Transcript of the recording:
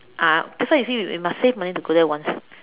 ah that's why you see you must save money to go there once